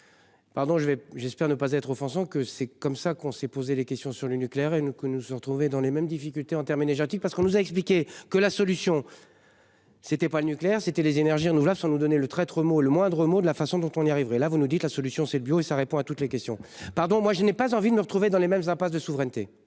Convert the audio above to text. vais, j'espère ne pas être offensant que c'est comme ça qu'on s'est posé des questions sur le nucléaire et nous que nous retrouver dans les mêmes difficultés ont terminé gentille parce qu'on nous a expliqué que la solution. C'était pas le nucléaire c'était les énergies renouvelables sans nous donner le traître mot le moindre mot de la façon dont on y arriverait là vous nous dites, la solution c'est le bio et ça répond à toutes les questions. Pardon moi je n'ai pas envie de me retrouver dans les mêmes impasses de souveraineté,